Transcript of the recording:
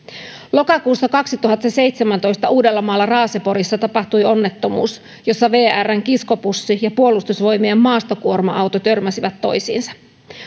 lokakuussa kaksituhattaseitsemäntoista uudellamaalla raaseporissa tapahtui onnettomuus jossa vrn kiskobussi ja puolustusvoimien maastokuorma auto törmäsivät toisiinsa